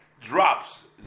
drops